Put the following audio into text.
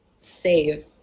save